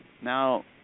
Now